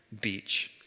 Beach